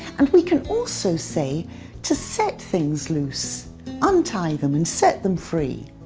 and we can also say to set things loose untie them and set them free.